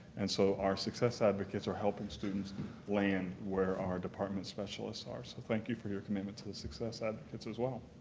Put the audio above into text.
and so our success advocates are helping students land where our department specialists are. so thank you for your commitment to the success advocates as well.